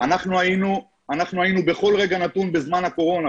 אנחנו היינו בכל רגע נתון בזמן הקורונה,